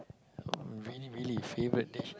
really really favorite dish